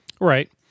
Right